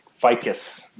ficus